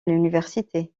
l’université